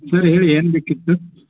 sir ಹೇಳಿ ಏನು ಬೇಕಿತ್ತು